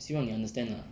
希望你 understand lah